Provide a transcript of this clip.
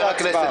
--- חבר הכנסת